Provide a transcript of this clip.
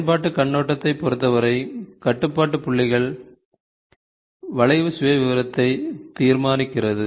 பயன்பாட்டுக் கண்ணோட்டத்தைப் பொறுத்தவரை கட்டுப்பாட்டு புள்ளிகள் வளைவு சுயவிவரத்தை தீர்மானிக்கிறது